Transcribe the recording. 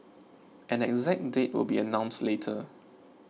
an exact date will be announced later